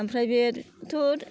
ओमफ्राय बेथ'